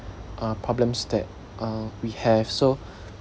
uh problems that uh we have so